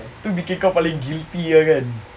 tu bikin kau paling guilty ah kan